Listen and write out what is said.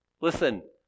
listen